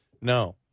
no